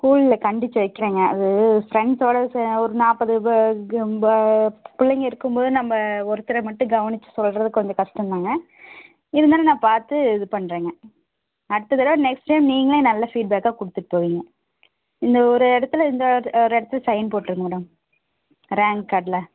ஸ்கூலில் கண்டித்து வைக்கிறேன்ங்க அது ஃப்ரண்ட்ஸோடு ஒரு நாற்பது பிள்ளைங்க இருக்கும்போது நம்ம ஒருத்தரை மட்டும் கவனித்து சொல்கிறது கொஞ்சம் கஷ்டம்தான்ங்க இருந்தாலும் நான் பார்த்து இது பண்ணுறேங்க அடுத்த தடவை நெக்ஸ்ட் டைம் நீங்களே நல்ல ஃபீட்பேக்காக கொடுத்துட்டு போவீங்க இந்த ஒரு இடத்துல இந்த ஒரு இடத்துல சைன் போட்டுருங்க மேடம் ரேங்க் கார்டில்